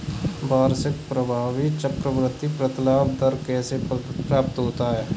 वार्षिक प्रभावी चक्रवृद्धि प्रतिलाभ दर कैसे प्राप्त होता है?